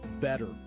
better